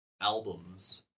albums